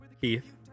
Keith